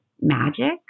magic